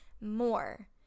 more